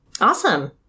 Awesome